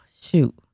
shoot